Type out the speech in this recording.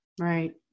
Right